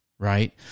right